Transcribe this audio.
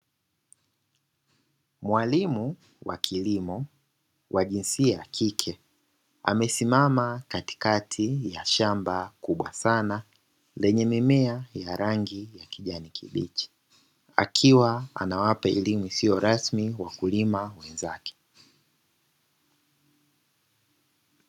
Mwalimu wa kilimo wa jinsia ya kike amesimama katikati ya shamba kubwa sana, lenye mimea ya rangi ya kijani kibichi. Akiwa anawapa elimu isiyo rasmi wakulima wenzake.